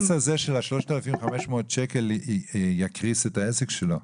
אבל הקנס הזה בגובה 3,000 שקלים יקריס את העסק שלו?